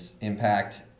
Impact